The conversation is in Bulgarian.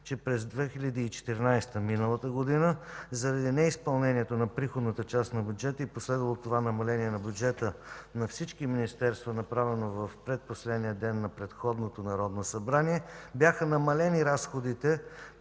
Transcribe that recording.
че през миналата, 2014 г., заради неизпълненията на приходната част на бюджета и последвало от това намаление на бюджета на всички министерства, направено в предпоследния ден на предходното Народно събрание, бяха намалени разходите